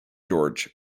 george